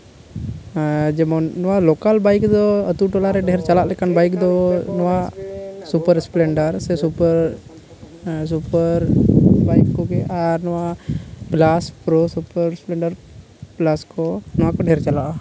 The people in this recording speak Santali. ᱡᱮᱢᱚᱱ ᱱᱚᱣᱟ ᱞᱳᱠᱟᱞ ᱵᱟᱭᱤᱠ ᱫᱚ ᱟᱛᱳ ᱴᱚᱞᱟ ᱨᱮ ᱰᱷᱮᱹᱨ ᱪᱟᱞᱟᱜ ᱞᱮᱠᱟᱱ ᱵᱟᱭᱤᱠ ᱫᱚ ᱱᱚᱣᱟ ᱥᱩᱯᱟᱨ ᱮᱥᱯᱮᱱᱰᱟᱨ ᱥᱮ ᱥᱩᱯᱟᱨ ᱥᱩᱯᱟᱨ ᱵᱟᱭᱤᱠ ᱠᱚᱜᱮ ᱟᱨ ᱱᱚᱣᱟ ᱯᱞᱟᱥ ᱯᱨᱳ ᱯᱞᱟᱥ ᱠᱚ ᱚᱱᱟ ᱠᱚ ᱰᱷᱮᱹᱨ ᱪᱟᱞᱟᱜᱼᱟ